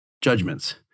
judgments